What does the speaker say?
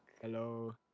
hello